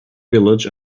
village